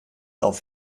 auf